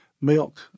milk